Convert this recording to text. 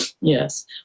Yes